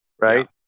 right